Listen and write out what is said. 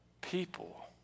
people